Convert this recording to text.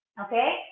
Okay